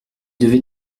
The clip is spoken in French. devez